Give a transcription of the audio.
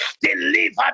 Deliver